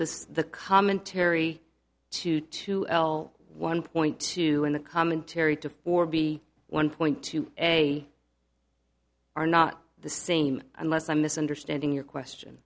this is the commentary to two l one point two in the commentary to or be one point to a are not the same unless i'm misunderstanding your question